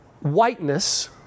Whiteness